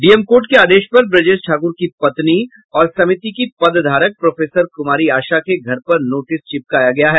DM court के आदेश पर ब्रजेश ठाकुर की पत्नी और समिति की पदधारक प्रोफेसर कुमारी आशा के घर पर नोटिस चिपकायी गयी है